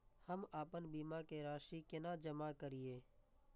हम आपन बीमा के राशि केना जमा करिए?